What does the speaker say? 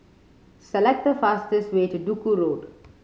select the fastest way to Duku Road